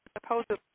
supposedly